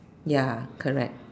ya correct